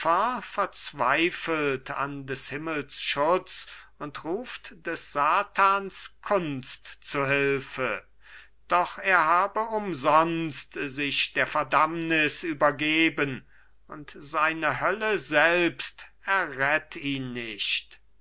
verzweifelt an des himmels schutz und ruft des satans kunst zu hülfe doch er habe umsonst sich der verdammnis übergeben und seine hölle selbst errett ihn nicht